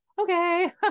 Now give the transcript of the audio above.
okay